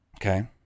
Okay